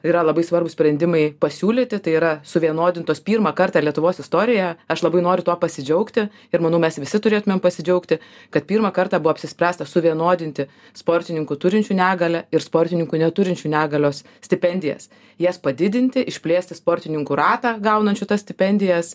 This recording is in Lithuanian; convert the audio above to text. yra labai svarbūs sprendimai pasiūlyti tai yra suvienodintos pirmą kartą lietuvos istoriją aš labai noriu tuo pasidžiaugti ir manau mes visi turėtumėm pasidžiaugti kad pirmą kartą buvo apsispręsta suvienodinti sportininkų turinčių negalią ir sportininkų neturinčių negalios stipendijas jas padidinti išplėsti sportininkų ratą gaunančių stipendijas